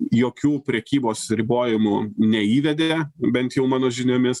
jokių prekybos ribojimų neįvedė bent jau mano žiniomis